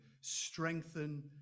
strengthen